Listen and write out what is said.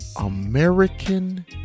American